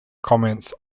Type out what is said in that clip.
comments